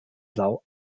sau